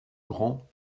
grand